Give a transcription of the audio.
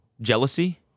Jealousy